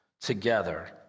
together